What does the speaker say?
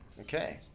Okay